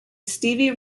stevie